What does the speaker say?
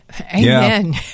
Amen